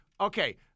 okay